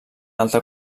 alta